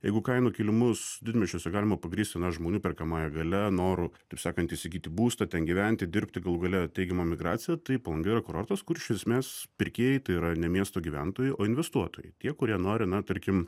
jeigu kainų kilimus didmiesčiuose galima pagrįsti na žmonių perkamąja galia noru taip sakant įsigyti būstą ten gyventi dirbti galų gale teigiama migracija tai palanga yra kurortas kur iš esmės pirkėjai tai yra ne miesto gyventojai o investuotojai tie kurie nori na tarkim